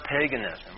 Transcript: paganism